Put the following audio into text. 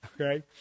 okay